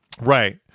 right